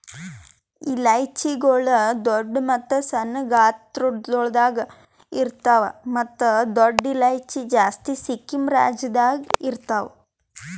ಇಲೈಚಿಗೊಳ್ ದೊಡ್ಡ ಮತ್ತ ಸಣ್ಣ ಗಾತ್ರಗೊಳ್ದಾಗ್ ಇರ್ತಾವ್ ಮತ್ತ ದೊಡ್ಡ ಇಲೈಚಿ ಜಾಸ್ತಿ ಸಿಕ್ಕಿಂ ರಾಜ್ಯದಾಗ್ ಇರ್ತಾವ್